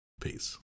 Peace